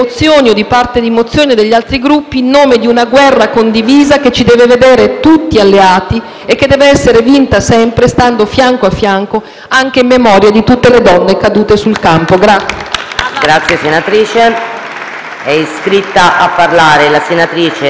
condivisa che ci deve vedere tutti alleati che deve essere vinta stando fianco a fianco anche in memoria di tutte le donne cadute sul campo.